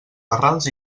barrals